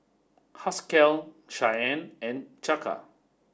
Haskell Shyanne and Chaka